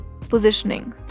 positioning